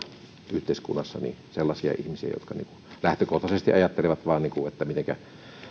yhteiskunnassa sellaisia ihmisiä jotka lähtökohtaisesti ajattelevat vain mitenkä